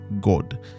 God